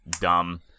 dumb